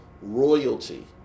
royalty